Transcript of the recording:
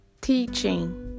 Teaching